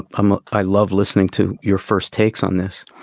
ah um i love listening to your first takes on this.